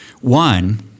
One